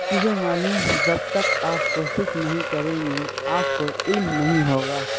کسے معلوم جب تک آپ کوشش نہیں کریں گے آپ کو علم نہیں ہوگا